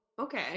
okay